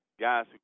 guys